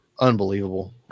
unbelievable